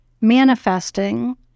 manifesting